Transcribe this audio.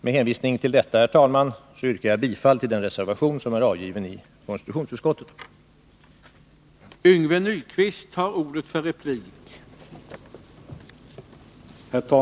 Med hänvisning till det anförda yrkar jag bifall till den reservation som är avgiven i konstitutionsutskottets betänkande.